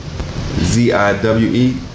Z-I-W-E